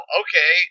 okay